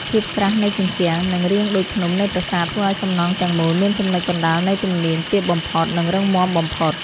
ភាពក្រាស់នៃជញ្ជាំង និង រាងដូចភ្នំនៃប្រាសាទធ្វើឱ្យសំណង់ទាំងមូលមានចំណុចកណ្តាលនៃទំនាញទាបបំផុត និង រឹងមាំបំផុត។